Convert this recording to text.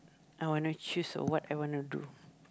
I want to choose or what I want to do